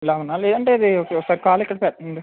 లెవెనా లేదంటే ఇది ఒకసారి కాలు ఇక్కడ పెట్టండి